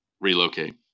relocate